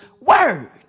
word